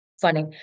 funny